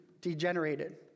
degenerated